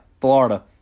Florida